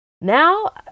Now